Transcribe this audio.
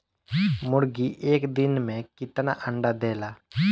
मुर्गी एक दिन मे कितना अंडा देला?